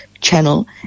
Channel